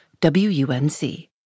WUNC